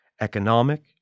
economic